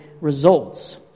results